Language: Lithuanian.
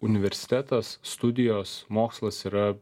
universitetas studijos mokslas yra